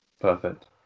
Perfect